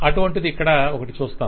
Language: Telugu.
అటువంటిది ఇక్కడ ఒకటి చూస్తాం